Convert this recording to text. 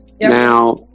Now